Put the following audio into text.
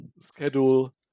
schedule